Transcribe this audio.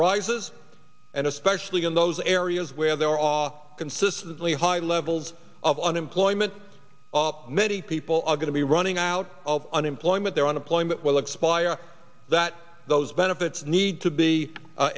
rises and especially in those areas where there are consistently high levels of unemployment many people are going to be running out of unemployment their unemployment will expire that those benefits need to be